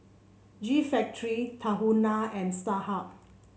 G Factory Tahuna and Starhub